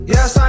Yes